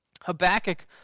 Habakkuk